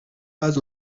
pas